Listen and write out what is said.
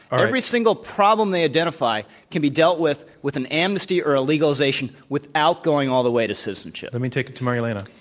every single problem they identify can be dealt with with an amnesty or a legalization without going all the way to citizenship. let me take it to marielena.